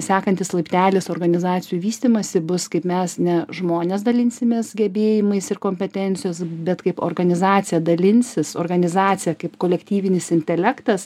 sekantis laiptelis organizacijų vystymosi bus kaip mes ne žmonės dalinsimės gebėjimais ir kompetencijos bet kaip organizacija dalinsis organizacija kaip kolektyvinis intelektas